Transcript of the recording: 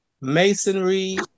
masonry